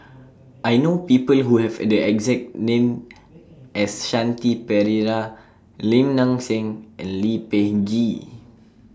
I know People Who Have The exact name as Shanti Pereira Lim Nang Seng and Lee Peh Gee